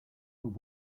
but